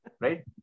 right